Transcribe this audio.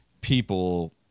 people